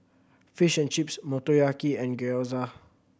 Fish and Chips Motoyaki and Gyoza